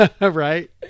Right